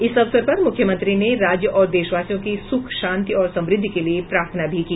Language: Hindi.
इस अवसर पर मुख्यमंत्री ने राज्य और देशवासियों की सुख शांति और समृद्धि के लिए प्रार्थना भी की